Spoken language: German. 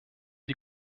die